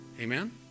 Amen